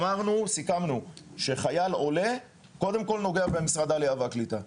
סיכמנו שחייל עולה קודם כל נוגע במשרד העלייה והקליטה.